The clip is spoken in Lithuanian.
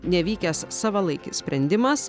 nevykęs savalaikis sprendimas